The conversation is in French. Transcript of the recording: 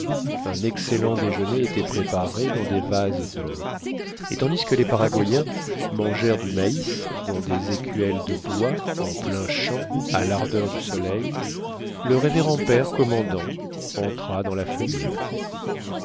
un excellent déjeuner était préparé dans des vases d'or et tandis que les paraguains mangèrent du maïs dans des écuelles de bois en plein champ à l'ardeur du soleil le révérend père commandant entra dans la feuillée